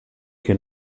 che